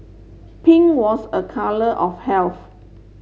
pink was a colour of health